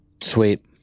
Sweet